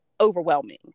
overwhelming